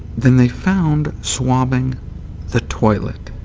than they found swabbing the toilet,